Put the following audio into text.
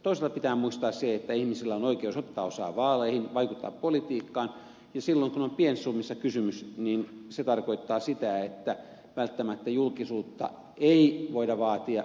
toisaalta pitää muistaa se että ihmisillä on oikeus ottaa osaa vaaleihin vaikuttaa politiikkaan ja silloin kun on pienistä summista kysymys se tarkoittaa sitä että välttämättä julkisuutta ei voida vaatia näitten osalta